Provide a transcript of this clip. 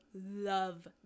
love